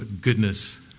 goodness